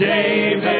David